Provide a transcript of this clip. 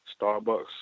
Starbucks